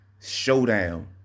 showdown